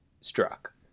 struck